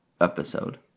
episode